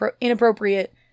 inappropriate